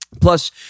Plus